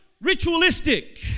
ritualistic